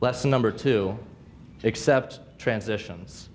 lesson number two except transitions